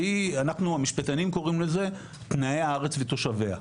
שאנחנו המשפטנים קוראים לזה תנאי הארץ ותושביה.